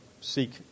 seek